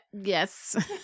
yes